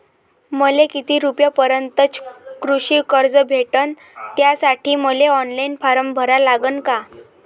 मले किती रूपयापर्यंतचं कृषी कर्ज भेटन, त्यासाठी मले ऑनलाईन फारम भरा लागन का?